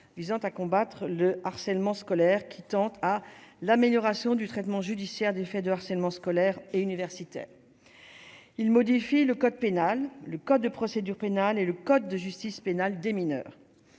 visant à combattre le harcèlement scolaire qui tente à l'amélioration du traitement judiciaire des faits de harcèlement scolaire et universitaire, il modifie le code pénal, le code de procédure pénale et le code de justice pénale des mineurs,